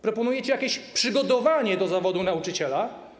Proponujecie jakieś przygotowanie do zawodu nauczyciela.